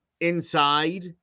inside